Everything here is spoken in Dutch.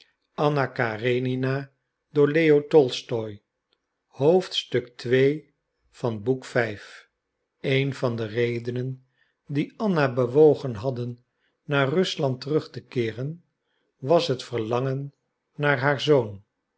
ii een van de redenen die anna bewogen hadden naar rusland terug te keeren was het verlangen naar haar zoon